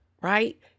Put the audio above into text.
right